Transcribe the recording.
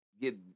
get